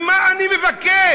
ומה אני מבקש?